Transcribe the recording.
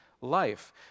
life